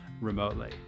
remotely